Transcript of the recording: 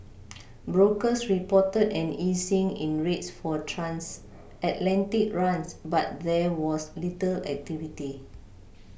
brokers reported an easing in rates for transatlantic runs but there was little activity